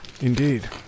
Indeed